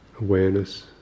awareness